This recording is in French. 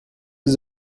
des